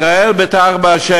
ישראל בטח בה',